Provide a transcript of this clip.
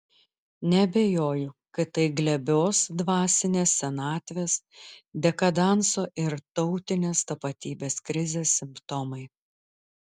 neabejoju kad tai glebios dvasinės senatvės dekadanso ir tautinės tapatybės krizės simptomai